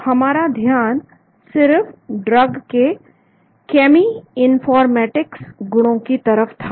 तो हमारा ध्यान सिर्फ ड्रग के केमइनफॉर्मेटिक्स गुणों की तरफ था